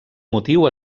motiu